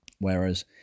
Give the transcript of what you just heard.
Whereas